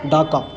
Dhaka